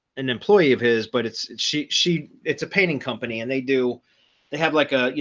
an employee of his but it's she she it's a painting company and they do they have like, ah you